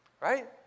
Right